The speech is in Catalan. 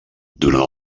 durant